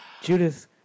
Judith